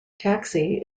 taxi